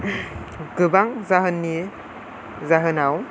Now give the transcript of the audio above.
गोबां जाहोननि जाहोनाव